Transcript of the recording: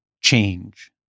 change